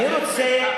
אני רוצה,